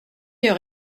heure